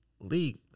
league